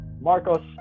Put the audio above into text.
marcos